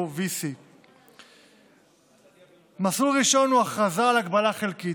או VC. מסלול ראשון הוא הכרזה על הגבלה חלקית.